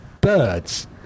birds